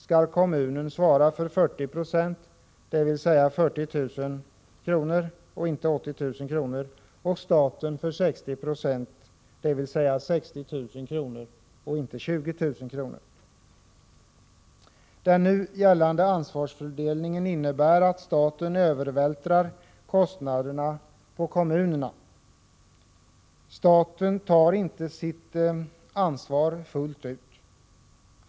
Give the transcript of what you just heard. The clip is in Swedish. skall kommunen svara för 40 96, dvs. 40 000 kr. och inte 80 000 kr. som är fallet nu och staten för 60 26, dvs. 60 000 kr. och inte som nu gäller 20 000 kr. Den nu gällande ansvarsfördelningen innebär att staten övervältrar kostnaderna på kommunerna. Staten tar inte sitt ansvar fullt ut.